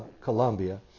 Colombia